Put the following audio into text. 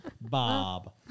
Bob